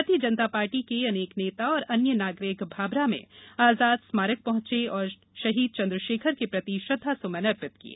भारतीय जनता पार्टी के अनेक नेता और अन्य नागरिक भाभरा में आजाद स्मारक पहुंचे और शहीद चंद्रशेखर के प्रति श्रद्दासुमन अर्पित किये